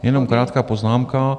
Jenom krátká poznámka.